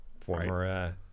Former –